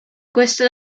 questa